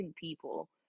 people